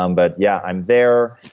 um but yeah. i'm there,